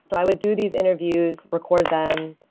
so i would do these interviews, record them,